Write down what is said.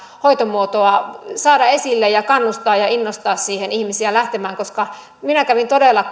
hoitomuotoa saada esille ja kannustaa ja innostaa siihen ihmisiä lähtemään koska minä kävin todella